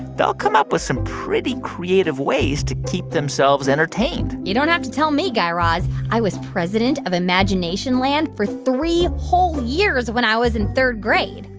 they'll come up with some pretty creative ways to keep themselves entertained you don't have to tell me, guy raz. i was president of imagination land for three whole years when i was in third grade.